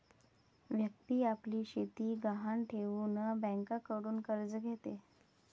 व्यक्ती आपली शेती गहाण ठेवून बँकेकडून कर्ज घेते